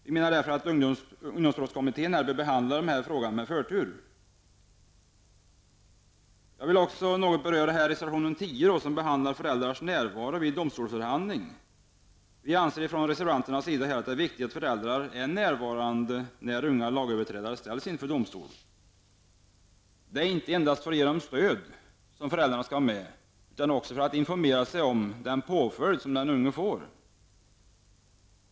Därför anser vi att ungdomsbrottskommittén bör behandla denna fråga med förtur. Jag vill även något beröra reservation 10 som behandlar föräldras närvaro vid domstolsförhandling. Vi anser från reservanternas sida att det är viktigt att föräldrar är närvarande när unga lagöverträdare ställs inför domstol. Det är inte endast för att ge den unge stöd som föräldrarna är med, utan också för att informera sig om den påföljd som den unge får.